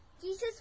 Jesus